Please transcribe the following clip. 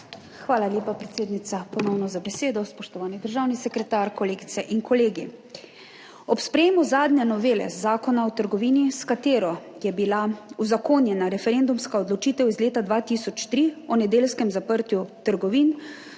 hvala lepa, predsednica, za besedo. Spoštovani državni sekretar, kolegice in kolegi! Ob sprejetju zadnje novele Zakona o trgovini, s katero je bila uzakonjena referendumska odločitev iz leta 2003 o nedeljskem zaprtju trgovin,